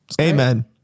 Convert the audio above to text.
Amen